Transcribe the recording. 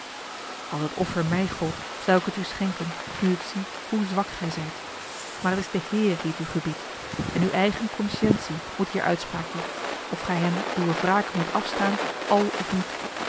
als het offer mij gold zou ik het u schenken nu ik zie hoe zwak gij zijt maar t is de heer die het u gebiedt en uwe eigene consciëntie moet hier uitspraak doen of gij hem uwe wrake moet afstaan àl of niet